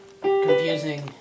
Confusing